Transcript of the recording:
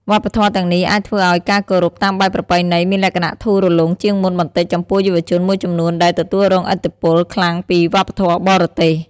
វប្បធម៌ទាំងនេះអាចធ្វើឲ្យការគោរពតាមបែបប្រពៃណីមានលក្ខណៈធូររលុងជាងមុនបន្តិចចំពោះយុវជនមួយចំនួនដែលទទួលរងឥទ្ធិពលខ្លាំងពីវប្បធម៌បរទេស។